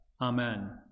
Amen